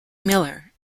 miller